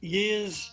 years